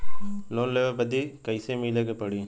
Loan लेवे बदी कैसे मिले के पड़ी?